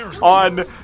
on